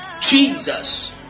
Jesus